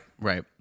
Right